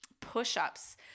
push-ups